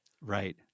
Right